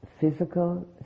physical